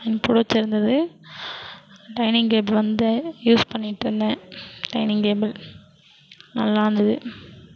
எனக்கு பிடிச்சிருந்துது dining table வந்து யூஸ் பண்ணிட்டிருந்தேன் டைனிங் டேபிள் நல்லாயிருந்துது